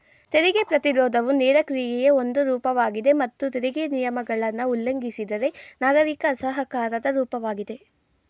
ತೆರಿಗೆ ಪ್ರತಿರೋಧವು ನೇರ ಕ್ರಿಯೆಯ ಒಂದು ರೂಪವಾಗಿದೆ ಮತ್ತು ತೆರಿಗೆ ನಿಯಮಗಳನ್ನ ಉಲ್ಲಂಘಿಸಿದ್ರೆ ನಾಗರಿಕ ಅಸಹಕಾರದ ರೂಪವಾಗಿದೆ